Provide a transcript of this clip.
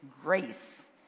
grace